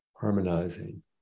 harmonizing